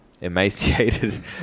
emaciated